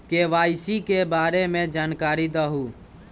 KYC के बारे में जानकारी दहु?